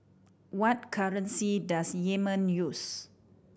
what currency does Yemen use